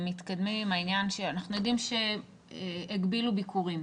איך אנחנו מתקדמים עם העניין שאנחנו יודעים שהגבילו ביקורים?